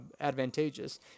advantageous